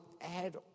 add